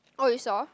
oh you saw